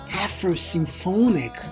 Afro-symphonic